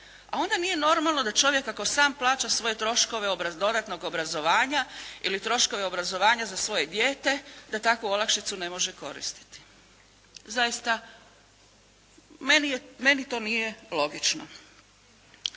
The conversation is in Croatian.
A onda nije normalno da ako čovjek sam plaća svoje troškove dodatnog obrazovanja ili troškove obrazovanja za svoje dijete da takvu olakšicu ne može koristiti. Zaista meni to nije logično.